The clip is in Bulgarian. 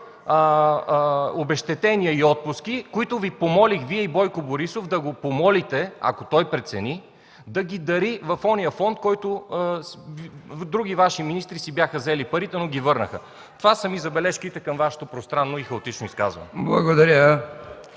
обезщетениe за отпуски. Помолих Вие и Бойко Борисов да го помолите, ако той прецени, да ги дари в онзи фонд, в който други Ваши министри си бяха взели парите, но ги върнаха. Това са ми забележките към Вашето пространно и хаотично изказване. (Реплики: